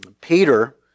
Peter